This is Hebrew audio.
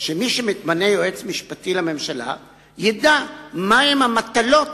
שמי שמתמנה ליועץ משפטי לממשלה ידע מהן המטלות